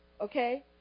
Okay